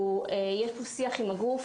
יש פה שיח עם הגוף